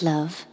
Love